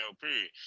period